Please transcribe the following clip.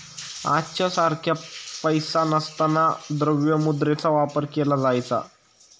आजच्या सारखा पैसा नसताना द्रव्य मुद्रेचा वापर केला जायचा